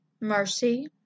Mercy